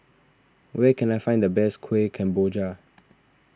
where can I find the best Kueh Kemboja